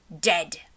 dead